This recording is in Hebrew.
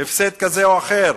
הפסד כזה או אחר.